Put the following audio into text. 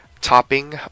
topping